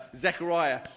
Zechariah